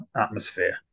atmosphere